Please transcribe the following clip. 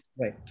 Right